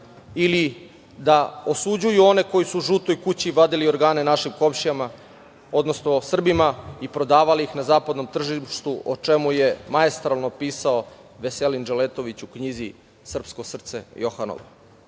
ili da osuđuju one koji su u žutoj kući vadili organe našim komšijama, odnosno Srbima i prodavali ih na zapadnom tržištu, o čemu je maestralno pisao Veselin Dželetović u knjizi "Srpsko srce Johanovo".Dok